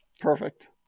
Perfect